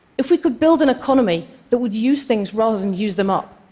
if we could build an economy that would use things rather than use them up,